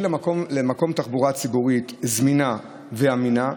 למקום תחבורה ציבורית זמינה ואמינה,